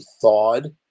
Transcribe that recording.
thawed